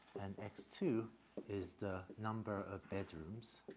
and x two is the number of bedrooms.